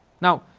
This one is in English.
now,